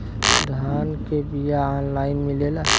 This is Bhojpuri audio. धान के बिया ऑनलाइन मिलेला?